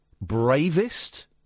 bravest